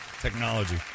technology